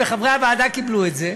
וחברי הוועדה קיבלו את זה,